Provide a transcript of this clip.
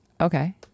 Okay